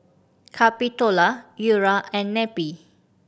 Capitola Eura and Neppie